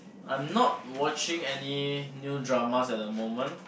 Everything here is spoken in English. I'm not watching any new dramas at the moment